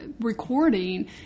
recording